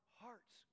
hearts